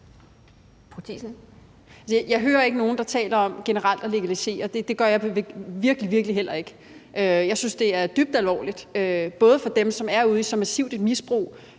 jeg hører ikke nogen, der generelt taler om at legalisere, det gør jeg virkelig, virkelig heller ikke. Jeg synes, det er dybt alvorligt, både for dem, som er ude i så massivt et misbrug